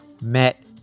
met